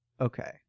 Okay